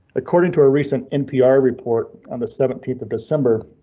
according to our recent npr report. on the seventeenth of december.